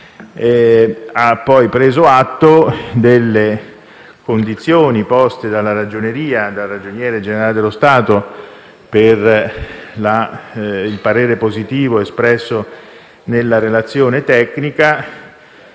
Ha poi preso atto delle condizioni, poste dalla Ragioneria generale dello Stato per il parere favorevole espresso nella relazione tecnica,